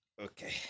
Okay